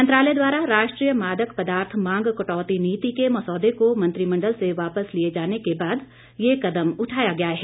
मंत्रालय द्वारा राष्ट्रीय मादक पदार्थ मांग कटौती नीति के मसौदे को मंत्रिमंडल से वापस लिए जाने के बाद यह कदम उठाया गया है